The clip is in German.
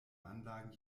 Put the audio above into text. anlagen